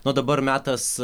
na o dabar metas